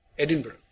Edinburgh